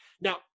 Now